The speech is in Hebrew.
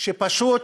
שפשוט